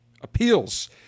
appeals